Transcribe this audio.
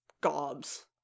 gobs